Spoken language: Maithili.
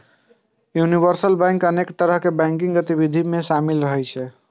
यूनिवर्सल बैंक अनेक तरहक बैंकिंग गतिविधि मे शामिल रहै छै